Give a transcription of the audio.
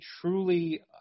truly